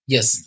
Yes